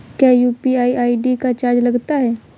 क्या UPI ID का charge लगता है?